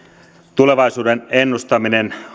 tulevaisuuden ennustaminen